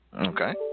Okay